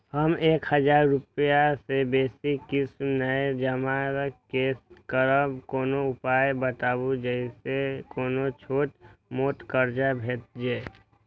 हम एक हजार रूपया से बेसी किस्त नय जमा के सकबे कोनो उपाय बताबु जै से कोनो छोट मोट कर्जा भे जै?